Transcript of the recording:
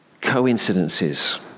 coincidences